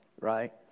right